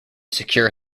secure